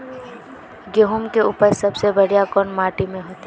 गेहूम के उपज सबसे बढ़िया कौन माटी में होते?